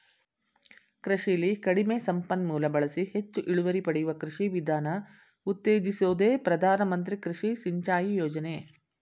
ಕೃಷಿಲಿ ಕಡಿಮೆ ಸಂಪನ್ಮೂಲ ಬಳಸಿ ಹೆಚ್ ಇಳುವರಿ ಪಡೆಯುವ ಕೃಷಿ ವಿಧಾನ ಉತ್ತೇಜಿಸೋದೆ ಪ್ರಧಾನ ಮಂತ್ರಿ ಕೃಷಿ ಸಿಂಚಾಯಿ ಯೋಜನೆ